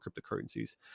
cryptocurrencies